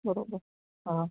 બરોબર હા